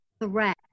threat